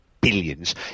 billions